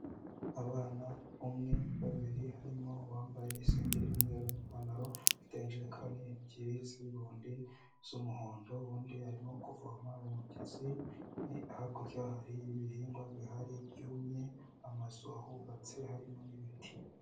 Abana: umwe, babiri, harimo uwambaye insengero y'umweru n'ipantaro, afite injerekani ebyiri z'ibibundi z'umuhondo, undi arimo kuvoma mu mugezi, hakurya hari ibihingwa bihari byumye, amazu ahubatse, harimo n'ibiti.